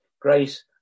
Grace